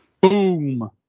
Boom